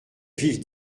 vivre